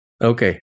Okay